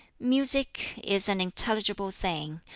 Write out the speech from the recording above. music is an intelligible thing.